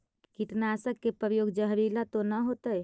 कीटनाशक के प्रयोग, जहरीला तो न होतैय?